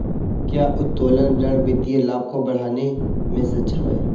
क्या उत्तोलन ऋण वित्तीय लाभ को बढ़ाने में सक्षम है?